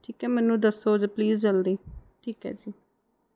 ਠੀਕ ਹੈ ਮੈਨੂੰ ਦੱਸੋ ਜੀ ਪਲੀਜ਼ ਜਲਦੀ ਠੀਕ ਹੈ ਜੀ